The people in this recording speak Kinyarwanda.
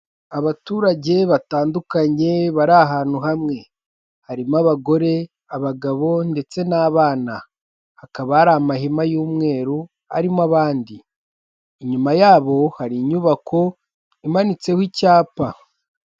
Abaturage batandukanye bari ahantu hamwe, harimo abagore, abagabo ndetse n'abana, hakaba ari amahima y'umweru arimo abandi inyuma yabo hari inyubako imanitseho icyapa.